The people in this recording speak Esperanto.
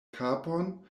kapon